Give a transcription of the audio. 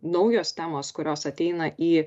naujos temos kurios ateina į